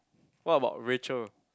what about Rachel